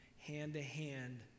hand-to-hand